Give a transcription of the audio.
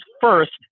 first